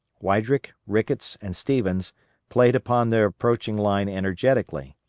weidrick, ricketts, and stevens played upon the approaching line energetically.